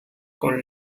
con